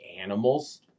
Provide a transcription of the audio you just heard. animals